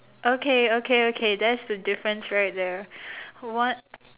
okay okay okay that's the difference right there one